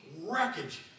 wreckage